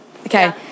Okay